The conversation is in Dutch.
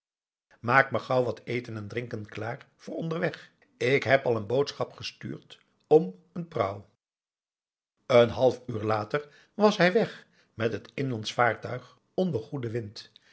maak me gauw wat eten en drinken klaar voor onderweg ik heb al n boodschap gestuurd om n prauw aum boe akar eel en half uur later was hij weg met het inlandsch vaartuig onder goeden wind